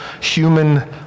human